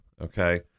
okay